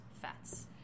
fats